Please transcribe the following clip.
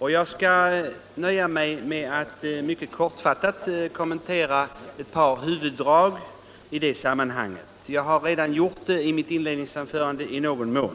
Jag skall i det sammanhanget nöja mig med att mycket kortfattat kommentera ett par huvuddrag. Jag har i någon mån redan gjort det i mitt inledningsanförande.